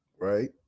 Right